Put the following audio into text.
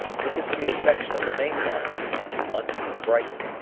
we could see a section of the main line from london to brighton.